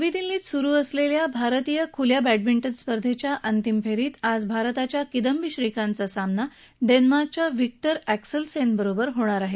नवी दिल्लीत सुरू असलेल्या भारतीय खुल्या बॅडमिंटन स्पर्धेच्या अंतिम फेरीत आज भारताच्या किंदंबी श्रीकांतचा सामना डेन्मार्कच्या व्हिक्टर अॅक्सलसेन बरोबर होणार आहे